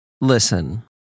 listen